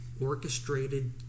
orchestrated